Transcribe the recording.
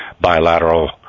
bilateral